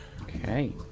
Okay